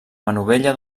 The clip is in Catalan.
manovella